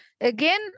Again